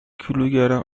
کیلوگرم